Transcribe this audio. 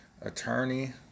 attorney